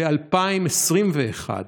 ב-2021,